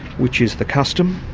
which is the custom,